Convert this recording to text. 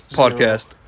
podcast